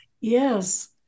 yes